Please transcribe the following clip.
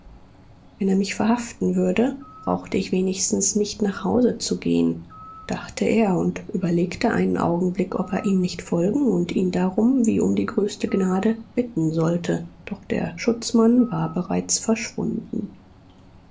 wenn er mich verhaften würde brauchte ich wenigstens nicht nach hause zu gehen dachte er und überlegte einen augenblick ob er ihm nicht folgen und ihn darum wie um die größte gnade bitten sollte doch der schutzmann war bereits verschwunden